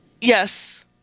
Yes